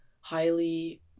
highly